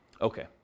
Okay